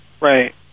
Right